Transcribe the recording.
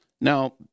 Now